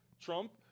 Trump